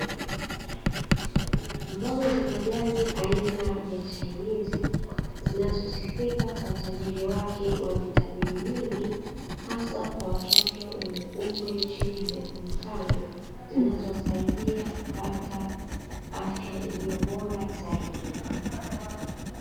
Mboga za majani aina ya chainizi, zinazosifika kwa utajiri wake wa vitamini nyingi, hasa kwa watoto chini ya miaka mitano, zinazowasaidia kupata afya iliyo bora zaidi.